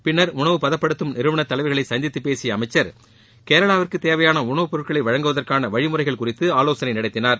பின்னர் உணவுப்பதப்படுத்தும் நிறுவனத்தலைவர்களை சந்தித்து பேசிய அமைச்சர் கேரளாவிற்கு தேவையாள உணவுப்பொருட்களை வழங்குவதற்கான வழிமுறைகள் குறித்து ஆலோசனை நடத்தினார்